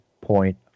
point